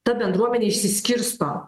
ta bendruomenė išsiskirsto